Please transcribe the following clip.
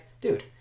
dude